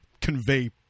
convey